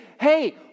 Hey